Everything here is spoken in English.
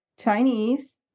Chinese